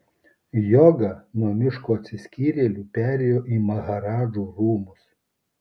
joga nuo miško atsiskyrėlių perėjo į maharadžų rūmus